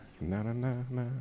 Na-na-na-na